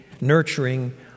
nurturing